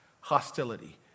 hostility